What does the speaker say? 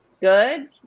good